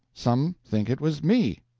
some think it was me.